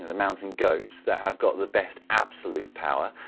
the mountain's goats that have got the best absolute power,